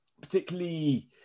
particularly